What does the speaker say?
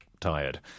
tired